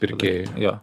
pirkėjui gjo